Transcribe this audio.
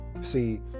see